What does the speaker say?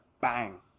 bang